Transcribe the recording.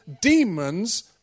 demons